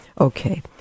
Okay